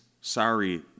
Sorry